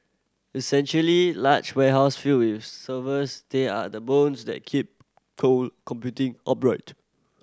essentially large warehouse filled with servers they are the bones that keep cloud computing upright